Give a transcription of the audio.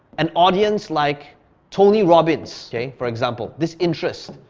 an audience like tony robbins, okay, for example, this interest,